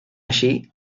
així